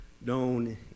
Known